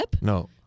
No